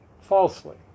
falsely